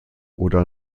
oder